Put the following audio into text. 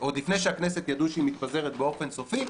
עוד לפני שידעו שהכנסת מתפזרת באופן סופי,